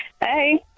Hey